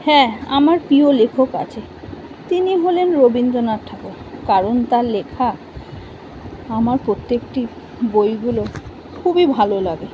হ্যাঁ আমার প্রিয় লেখক আছে তিনি হলেন রবীন্দ্রনাথ ঠাকুর কারণ তার লেখা আমার প্রত্যেকটি বইগুলো খুবই ভালো লাগে